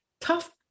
tough